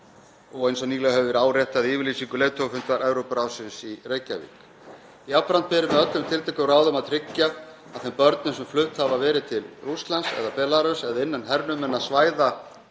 eins og nýlega hefur verið áréttað í yfirlýsingu leiðtogafundar Evrópuráðsins í Reykjavík. Jafnframt beri með öllum tiltækum ráðum að tryggja að þeim börnum sem flutt hafa verið til Rússlands eða Belarúss, eða innan hernuminna svæða